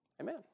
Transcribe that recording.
Amen